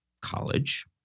college